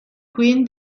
queen